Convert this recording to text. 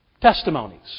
testimonies